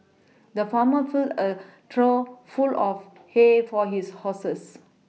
the farmer filled a trough full of hay for his horses